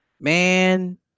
Man